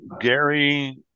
Gary